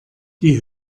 die